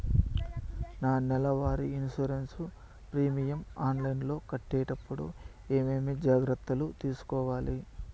నా నెల వారి ఇన్సూరెన్సు ప్రీమియం ఆన్లైన్లో కట్టేటప్పుడు ఏమేమి జాగ్రత్త లు తీసుకోవాలి?